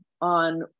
on